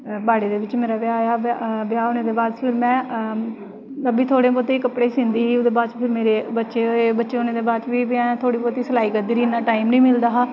माड़ी दे बिच्च मेरा ब्याह् होआ ब्याह् होने दे बाद में थोह्ड़े ब्हौते कपड़े सींदी ही ते बाद च मेरे बच्चे होने दे बाद में थोह्ड़ी ब्हौती सलाई करदी ही टाइम निं मिलदा हा